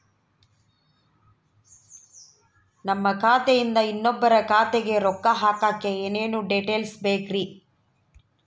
ನಮ್ಮ ಖಾತೆಯಿಂದ ಇನ್ನೊಬ್ಬರ ಖಾತೆಗೆ ರೊಕ್ಕ ಹಾಕಕ್ಕೆ ಏನೇನು ಡೇಟೇಲ್ಸ್ ಬೇಕರಿ?